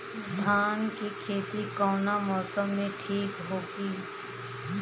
धान के खेती कौना मौसम में ठीक होकी?